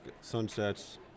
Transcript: sunsets